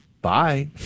bye